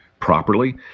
properly